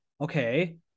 Okay